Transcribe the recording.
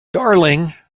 darling